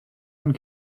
and